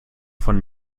von